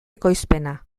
ekoizpena